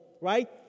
right